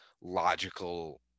logical